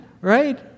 Right